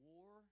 War